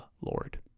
Lord